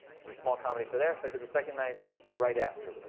was a small comedy show there. so i did the second night right after.